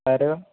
हर